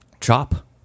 Chop